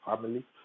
family